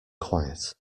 quiet